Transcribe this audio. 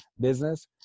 business